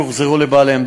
והם הוחזרו לבעליהם.